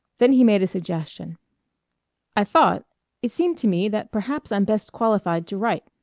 then he made a suggestion i thought it seemed to me that perhaps i'm best qualified to write